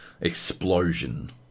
explosion